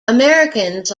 americans